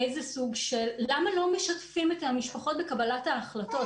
למה לא משתפים את המשפחות בקבלת החלטות?